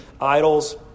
idols